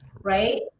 right